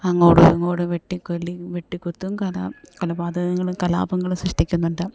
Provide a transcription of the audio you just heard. അങ്ങോട്ടും ഇങ്ങോട്ടും വെട്ടി വെട്ടിക്കുത്തും കൊലപാതങ്ങളും കലാപങ്ങളും സൃഷ്ടിക്കുന്നുണ്ട്